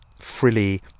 frilly